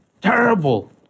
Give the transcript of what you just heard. terrible